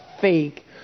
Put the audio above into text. fake